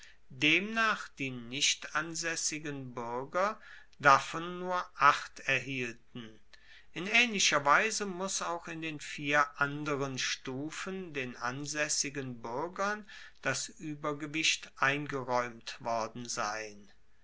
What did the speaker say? demnach die nicht ansaessigen buerger davon nur acht erhielten in aehnlicher weise muss auch in den vier anderen stufen den ansaessigen buergern das uebergewicht eingeraeumt worden sein